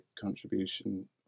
contribution